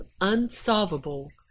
unsolvable